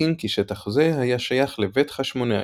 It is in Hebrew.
מעריכים כי שטח זה היה שייך לבית חשמונאי,